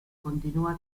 continúa